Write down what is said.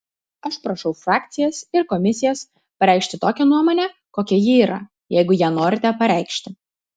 aš prašau frakcijas ir komisijas pareikšti tokią nuomonę kokia ji yra jeigu ją norite pareikšti